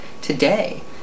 Today